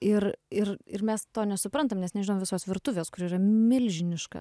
ir ir ir mes to nesuprantam nes nežinom visos virtuvės kuri yra milžiniška